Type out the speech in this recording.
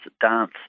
Dance